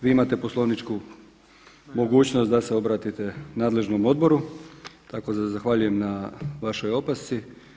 Vi imate poslovničku mogućnost da se obratite nadležnom odboru tako da zahvaljujem na vašoj opasci.